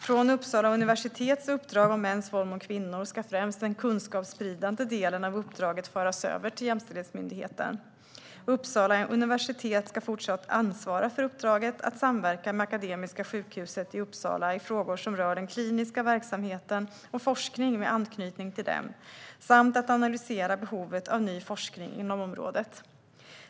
Från Uppsala universitets uppdrag om mäns våld mot kvinnor ska främst den kunskapsspridande delen av uppdraget föras över till jämställdhetsmyndigheten. Uppsala universitet ska fortsätta att ansvara för uppdraget att samverka med Akademiska sjukhuset i Uppsala i frågor som rör den kliniska verksamheten och forskning med anknytning till den samt att analysera behovet av ny forskning inom området.